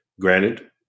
Granted